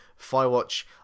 Firewatch